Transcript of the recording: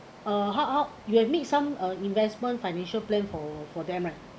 uh how how you have made some uh investment financial plan for for them right